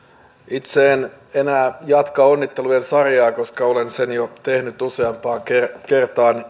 itse en enää jatka onnittelujen sarjaa koska olen sen jo tehnyt useampaan kertaan